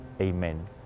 Amen